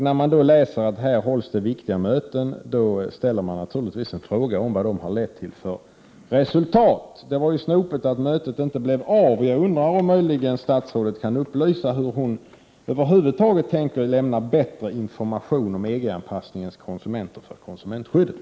När man då får läsa att det hålls viktiga möten, ställer man naturligtvis en fråga om vad de lett till för resultat. Det var ju snopet att mötet inte blev av, och jag undrar om statsrådet möjligen kan upplysa hur hon över huvud taget tänker lämna bättre information om EG-anpassningens konsekvenser för konsumentskyddet.